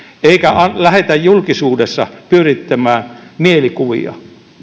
eikä lähdetä julkisuudessa pyörittämään mielikuvia